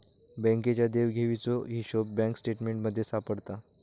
बँकेच्या देवघेवीचो हिशोब बँक स्टेटमेंटमध्ये सापडता